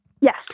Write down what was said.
Yes